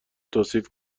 توصیف